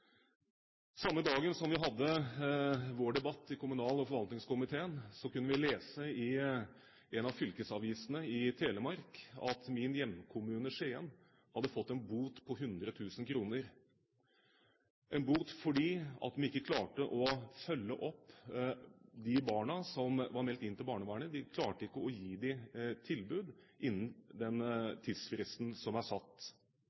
Samme dagen som vi i kommunal- og forvaltningskomiteen hadde vår debatt kunne vi lese i en av fylkesavisene i Telemark at min hjemkommune, Skien, hadde fått en bot på 100 000 kr. Det var en bot fordi de ikke klarte å følge opp de barna som var meldt inn til barnevernet. De klarte ikke å gi dem et tilbud innen den tidsfristen som er satt.